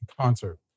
concert